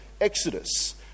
Exodus